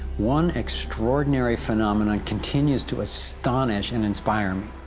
one extraordinary phenomenon continues to astonish and inspire me